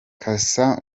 cassa